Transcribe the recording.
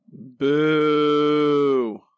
Boo